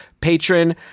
patron